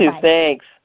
Thanks